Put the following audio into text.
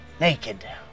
naked